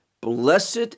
blessed